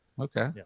Okay